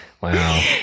wow